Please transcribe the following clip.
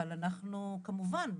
אבל אנחנו כמובן,